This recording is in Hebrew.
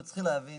צריך להבין